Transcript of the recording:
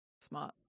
smart